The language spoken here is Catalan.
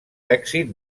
èxit